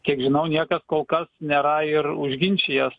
kiek žinau niekas kol kas nėra ir užginčijęs